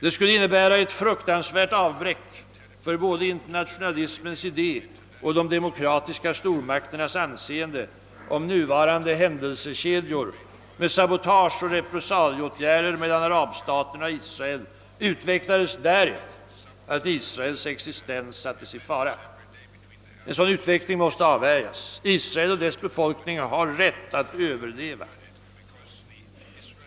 Det skulle innebära ett fruktansvärt avbräck för både internationalismens idé och de demokratiska stormakternas anseende, om nuvarande händelsekedjor med sabotage och repressalieåtgärder mellan arabstaterna och Israel utvecklades därhän att Israels existens sattes i fara. En sådan utveckling måste avvärjas. Israel och dess befolkning har rätt att överleva.